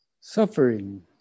Suffering